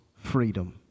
freedom